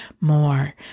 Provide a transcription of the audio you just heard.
more